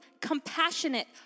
compassionate